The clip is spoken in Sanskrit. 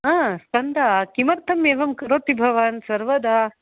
स्कन्द किमर्थम् एवं करोति भवान् सर्वदा